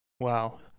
Wow